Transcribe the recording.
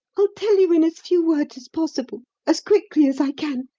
i'll tell you in as few words as possible as quickly as i can.